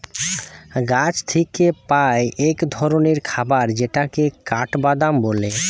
গাছ থিকে পাই এক ধরণের খাবার যেটাকে কাঠবাদাম বলে